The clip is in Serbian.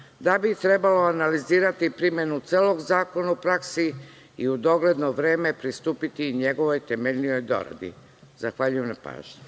da bi trebalo analizirati primenu celog zakona u praksi i u dogledno vreme pristupiti njegovoj temeljnijoj doradi. Zahvaljujem na pažnji.